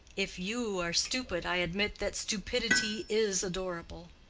if you are stupid, i admit that stupidity is adorable,